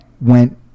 went